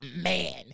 man